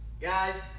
Guys